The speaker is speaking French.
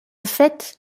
fait